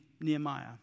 Nehemiah